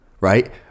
right